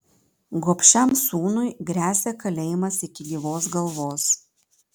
gobšiam sūnui gresia kalėjimas iki gyvos galvos